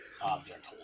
object